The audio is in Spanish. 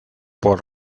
por